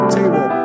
table